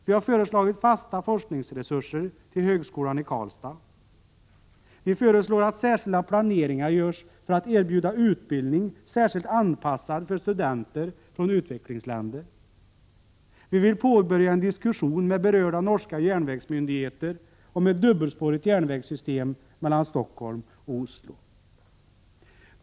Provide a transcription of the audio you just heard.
Vi har föreslagit fasta forskningsresurser till högskolan i Karlstad. Vi föreslår att särskilda planeringar görs för att erbjuda utbildning särskilt anpassad för studenter från utvecklingsländer. Vi vill påbörja en diskussion med berörda norska järnvägsmyndigheter om ett dubbelspårigt järnvägssystem mellan Stockholm och Oslo.